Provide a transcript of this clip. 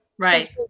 Right